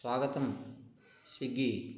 स्वागतं स्विग्गी